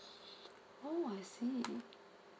oh I see